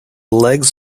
legs